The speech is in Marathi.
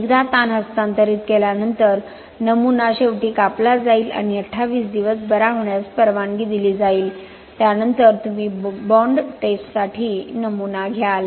एकदा ताण हस्तांतरित केल्यानंतर नमुना शेवटी कापला जाईल आणि 28 दिवस बरा होण्यास परवानगी दिली जाईल त्यानंतर तुम्ही बाँड टेस्टसाठी नमुना घ्याल